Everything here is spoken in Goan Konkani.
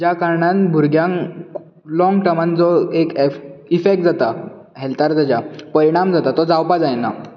ज्या कारणान भुरग्यांक लाँग टर्मान जो एक एफ इफेक्ट जाता हॅल्तार ताच्या परिणाम जाता तो जावपाक जायना